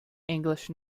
english